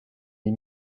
les